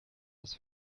das